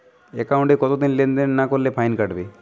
একাউন্টে কতদিন লেনদেন না করলে ফাইন কাটবে?